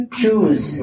choose